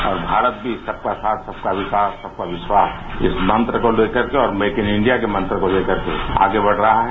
और भारत भी सबका साथ सबका विकास सबका विश्वास इस मंत्र को लेकर के और मेक इन इंडिया के मंत्र को लेकर के आगे बढ़ रहा है